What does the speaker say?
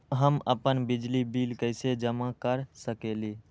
हम अपन बिजली बिल कैसे जमा कर सकेली?